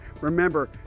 Remember